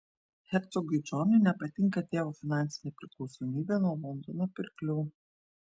hercogui džonui nepatinka tėvo finansinė priklausomybė nuo londono pirklių